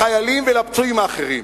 החיילים והפצועים האחרים.